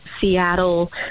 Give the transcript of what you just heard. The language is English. Seattle